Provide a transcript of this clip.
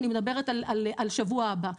אני מדברת על שבוע הבא,